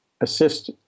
assist